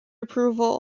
approval